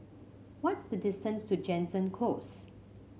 what is the distance to Jansen Close